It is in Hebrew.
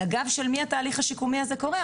אבל על גבם של מי התהליך השיקומי קורה?